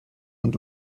und